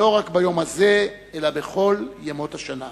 ולא רק ביום הזה, אלא בכל ימות השנה.